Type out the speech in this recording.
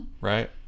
right